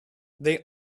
they